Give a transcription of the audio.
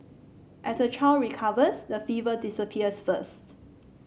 as the child recovers the fever disappears first